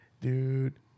dude